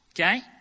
okay